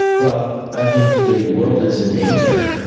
well, i think the world is in danger.